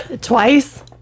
Twice